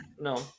No